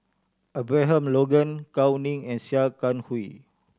Abraham Logan Gao Ning and Sia Kah Hui